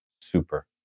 super